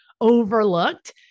overlooked